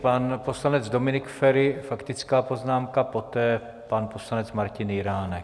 Pan poslanec Dominik Feri, faktická poznámka, poté pan poslanec Martin Jiránek.